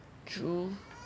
true